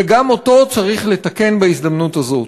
וגם אותו צריך לתקן בהזדמנות הזאת.